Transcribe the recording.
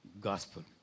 gospel